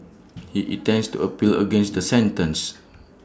he intends to appeal against the sentence